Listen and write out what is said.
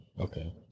okay